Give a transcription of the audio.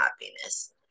happiness